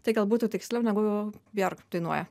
tai gal būtų tiksliau negu bjork dainuoja